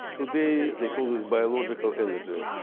today they call this biological energy.